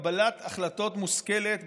אנחנו יצרנו תשתית לקבלת החלטות מושכלת,